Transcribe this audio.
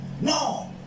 No